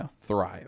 thrive